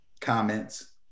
comments